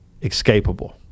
escapable